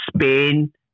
Spain